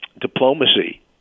diplomacy